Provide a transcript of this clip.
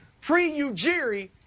pre-Ujiri